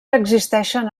existeixen